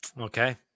Okay